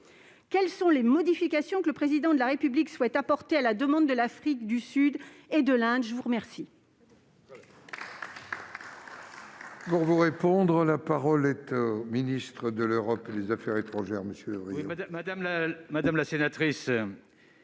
Quelles sont les modifications que le Président de la République souhaite apporter, à la demande de l'Afrique du Sud et de l'Inde ? La parole